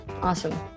Awesome